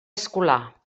escolà